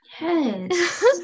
Yes